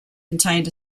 contained